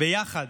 ביחד